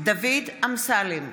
דוד אמסלם,